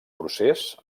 procés